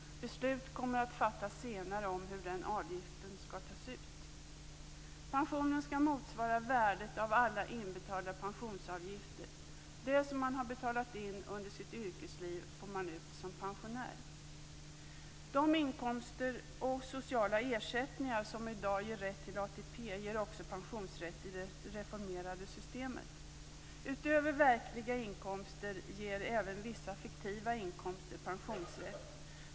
Beslut kommer att fattas senare om hur den avgiften skall tas ut. Pensionen skall motsvara värdet av alla inbetalda pensionsavgifter. Det som man har betalat in under sitt yrkesliv får man ut som pensionär. De inkomster och sociala ersättningar som i dag ger rätt till ATP ger också pensionsrätt i det reformerade systemet. Utöver verkliga inkomster ger även vissa fiktiva inkomster pensionsrätt.